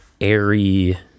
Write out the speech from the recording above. airy